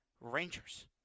Rangers